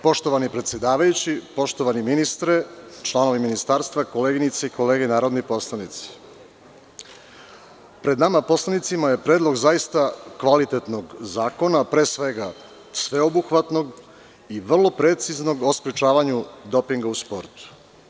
Poštovani predsedavajući, poštovani ministre, članovi Ministarstva, koleginice i kolege narodni poslanici, pred nama poslanicima je predlog zaista kvalitetnog zakona, pre svega sveobuhvatnog i vrlo preciznog, o sprečavanju dopinga u sportu.